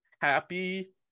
happy